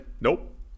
Nope